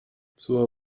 zur